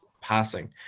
passing